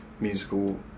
musical